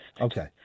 Okay